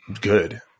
good